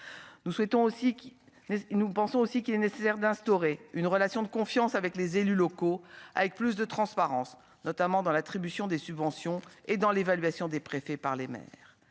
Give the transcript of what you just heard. nous pensons aussi qu'il est nécessaire d'instaurer une relation de confiance avec les élus locaux, avec plus de transparence, notamment dans l'attribution des subventions et dans l'évaluation des préfets par les maires,